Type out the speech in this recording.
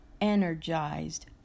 energized